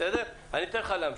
אני אתן לך להמשיך.